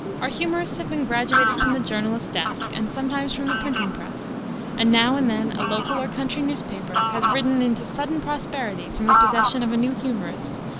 our humorists have been graduated from the journalist's desk and sometimes from the printing-press, and now and then a local or country newspaper has risen into sudden prosperity from the possession of a new humorist,